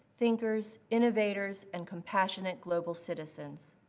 thinkers, innovators, and compassionate global citizens.